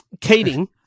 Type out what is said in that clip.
Keating